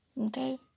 Okay